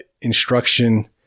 instruction